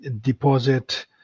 deposit